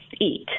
eat